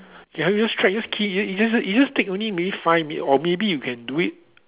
ya you just try you just key you just you just you just take only maybe five minute or maybe you can do it